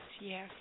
yes